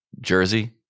jersey